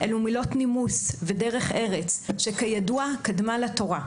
אלו מילות נימוס ודרך ארץ, שכידוע קדמה לתורה.